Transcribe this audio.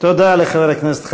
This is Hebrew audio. תודה לחבר הכנסת חזן.